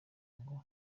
ngo